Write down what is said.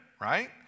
right